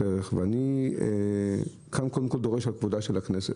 אני דורש את כבודה של הכנסת.